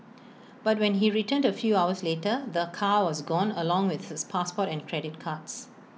but when he returned A few hours later the car was gone along with his passport and credit cards